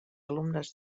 alumnes